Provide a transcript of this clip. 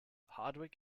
hardwick